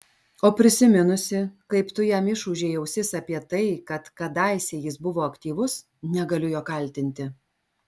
o prisiminusi kaip tu jam išūžei ausis apie tai kad kadaise jis buvo aktyvus negaliu jo kaltinti